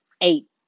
eight